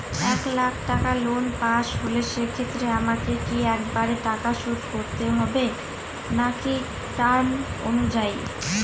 এক লাখ টাকা loan pass হল সেক্ষেত্রে আমাকে কি একবারে টাকা শোধ করতে হবে নাকি টার্ম অনুযায়ী?